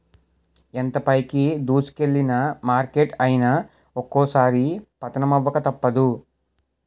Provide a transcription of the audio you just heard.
ఎంత పైకి దూసుకెల్లిన మార్కెట్ అయినా ఒక్కోసారి పతనమవక తప్పదు